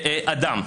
אדם.